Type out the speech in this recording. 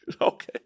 Okay